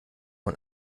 man